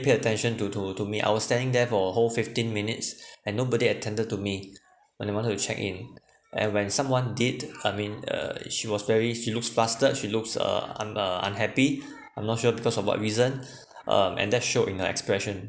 pay attention to to to me I was standing there for whole fifteen minutes and nobody attended to me when I wanted to check in and when someone did I mean uh she was very she looks blasted she looks uh un~ uh unhappy I'm not sure because of what reason um and that showed in their expression